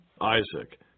Isaac